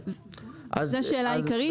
זו השאלה העיקרית.